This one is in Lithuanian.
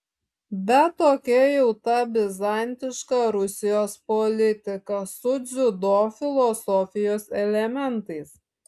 bet tokia jau ta bizantiška rusijos politika su dziudo filosofijos elementais